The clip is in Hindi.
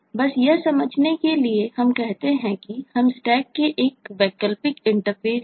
बस यह समझने के लिए कि हम कहते हैं कि हम Stack के लिए एक वैकल्पिक इंटरफ़ेस लें